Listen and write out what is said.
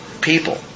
people